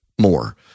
more